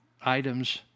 items